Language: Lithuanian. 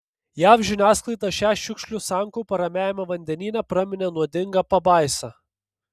jav žiniasklaida šią šiukšlių sankaupą ramiajame vandenyne praminė nuodinga pabaisa